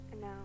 No